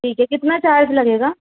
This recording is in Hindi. ठीक है कितना चार्ज लगेगा